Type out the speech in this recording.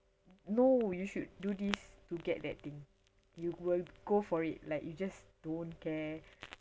no you should do this to get that thing you will go for it like you just don't care